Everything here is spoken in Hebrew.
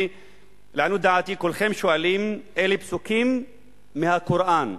שלעניות דעתי כולכם שואלים: אלה פסוקים מהקוראן,